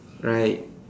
right